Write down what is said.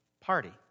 party